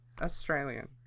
Australian